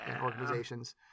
organizations